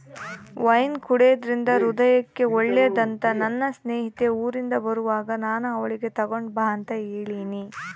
wine ಕುಡೆದ್ರಿಂದ ಹೃದಯಕ್ಕೆ ಒಳ್ಳೆದಂತ ನನ್ನ ಸ್ನೇಹಿತೆ ಊರಿಂದ ಬರುವಾಗ ನಾನು ಅವಳಿಗೆ ತಗೊಂಡು ಬಾ ಅಂತ ಹೇಳಿನಿ